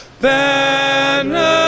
banner